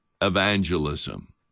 evangelism